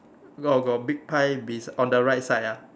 got got big pie bes~ on the right side ah